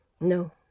No